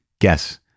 guess